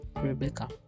rebecca